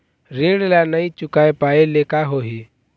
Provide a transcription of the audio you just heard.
ऋण ला नई चुका पाय ले का होही?